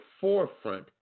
forefront